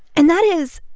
and that is,